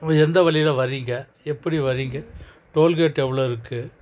எந்த வழியில் வர்றீங்க எப்படி வர்றீங்க டோல்கேட் எவ்வளோ இருக்குது